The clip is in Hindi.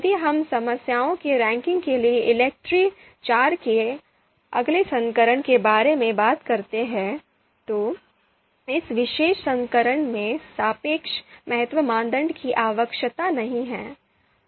यदि हम समस्याओं के रैंकिंग के लिए ELECTRE IV के अगले संस्करण के बारे में बात करते हैं तो इस विशेष संस्करण में सापेक्ष महत्व मानदंड की आवश्यकता नहीं है